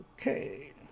okay